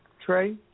Trey